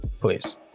Please